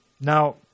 Now